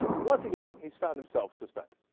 but once again he's found himself suspect